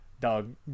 dog